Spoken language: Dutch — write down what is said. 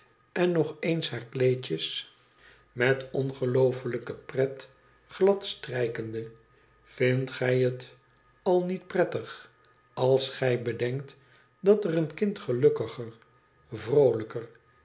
en nog eens haar kleedje met ongeloofelijke pret gladstrijkende tindt gij het al niet prettig als gij bedenkt dat er een kind gelukkiger noolijker